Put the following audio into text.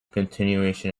continuation